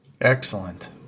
Excellent